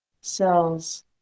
cells